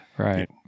Right